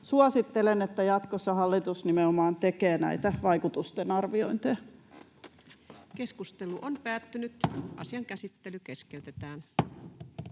Suosittelen, että jatkossa hallitus nimenomaan tekee näitä vaikutustenarviointeja. Toiseen käsittelyyn esitellään